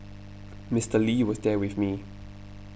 Mister Lee was there with me